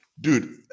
dude